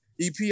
EP